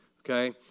okay